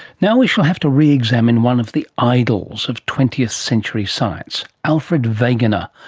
now we shall have to re-examine one of the idols of twentieth century science, alfred wegener.